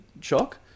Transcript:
shock